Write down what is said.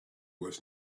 was